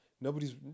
Nobody's